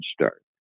start